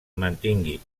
mantingui